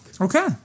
Okay